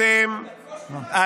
ומה שאתם עושים,